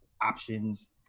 options